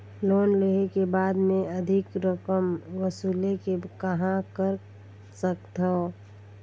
Loan लेहे के बाद मे अधिक रकम वसूले के कहां कर सकथव?